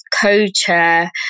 co-chair